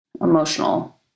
emotional